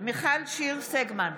מיכל שיר סגמן,